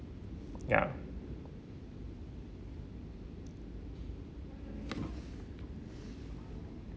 ya